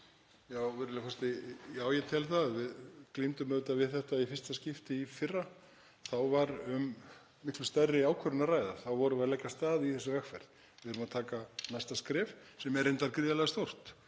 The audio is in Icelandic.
Já, ég tel það. Við glímdum auðvitað við þetta í fyrsta skipti í fyrra. Þá var um miklu stærri ákvörðun að ræða. Þá vorum við að leggja af stað í þessa vegferð. Við erum að taka næsta skref sem er reyndar gríðarlega stórt